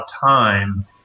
time